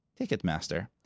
Ticketmaster